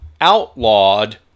outlawed